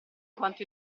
quanto